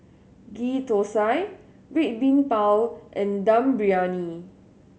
Ghee Thosai Red Bean Bao and Dum Briyani